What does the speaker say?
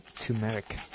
turmeric